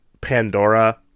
Pandora